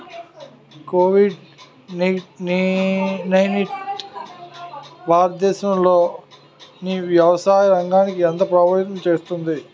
Covid nineteen భారతదేశంలోని వ్యవసాయ రంగాన్ని ఎలా ప్రభావితం చేస్తుంది?